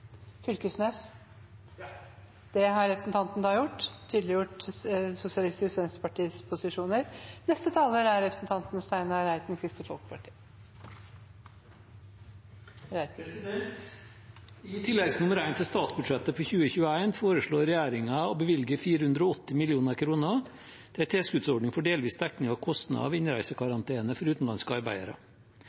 Fylkesnes har da tatt opp de forslagene som Sosialistisk Venstreparti står bak. I tillegg nr. 1 til statsbudsjettet for 2021 foreslår regjeringen å bevilge 480 mill. kr til en tilskuddsordning for delvis dekning av kostnader ved innreisekarantene for utenlandske arbeidere.